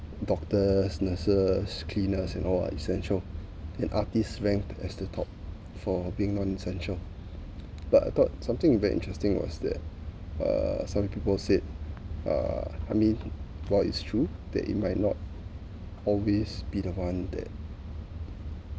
doctors nurses cleaners and all are essential and artist ranked as the top for being non essential but I thought something very interesting was that uh some people said uh I mean while it's true that it might not always be the one that